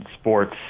sports